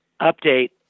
update